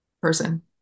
person